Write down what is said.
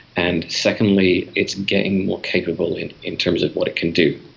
and secondly it's getting more capable in in terms of what it can do.